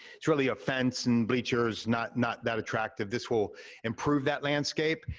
it's really a fence and bleachers, not not that attractive. this will improve that landscape.